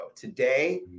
today